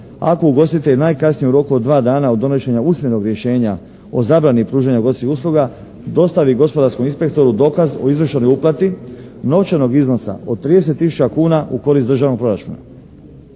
ako ugostitelj najkasnije u roku od dva dana od donošenja usmenog rješenja o zabrani pružanja ugostiteljskih usluga dostavi gospodarskom inspektoru dokaz o izvršenoj uplati novčanog iznosa od 30 tisuća kuna u korist državnog proračuna.